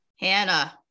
Hannah